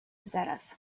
zaraz